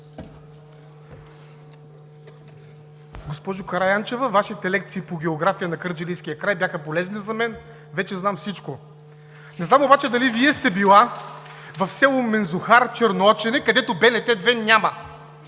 Госпожо Караянчева, Вашите лекции по география на Кърджалийския край бяха полезни за мен – вече знам всичко. Не знам обаче дали Вие сте била в село Минзухар, Черноочене, където БНТ 2 няма.